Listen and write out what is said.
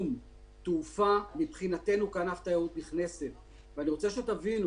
קיום תעופה מבחינתנו כענף תיירות נכנסת ואני רוצה שתבינו,